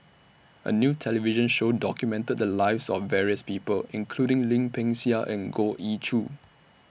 A New television Show documented The Lives of various People including Lim Peng Siang and Goh Ee Choo